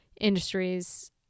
industries